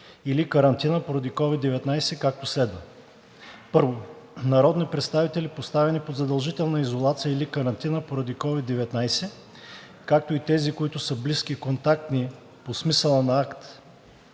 или карантина поради COVID-19, както следва: 1. Народни представители, поставени под задължителна изолация или карантина поради COVID-19, както и тези, които са близки контактни по смисъла на акт